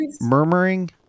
Murmuring